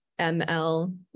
ML